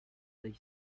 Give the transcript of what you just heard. their